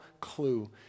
clue